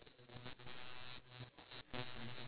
it's going it's like sniffing the ground